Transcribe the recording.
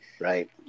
Right